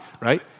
right